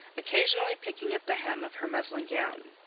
occasionally picking at the hem of her muslin gown.